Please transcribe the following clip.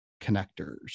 connectors